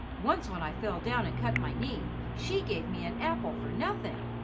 once, when i fell down and cut my knee, she gave me an apple for nothing.